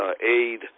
aid